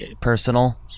personal